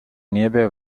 nieve